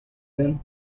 then